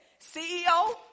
CEO